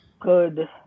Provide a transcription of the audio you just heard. good